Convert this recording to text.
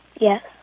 Yes